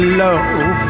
love